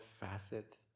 facet